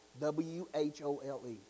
W-H-O-L-E